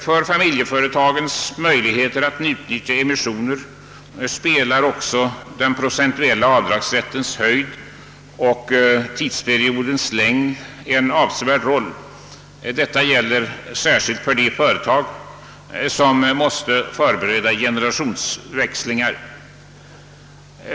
För familjeföretagens möjligheter att utnyttja emissioner spelar också den procentuella avdragsrättens höjd och tidsperiodens längd en avsevärd roll. Detta gäller särskilt för de företag som måste förbereda en generationsväxling.